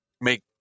Make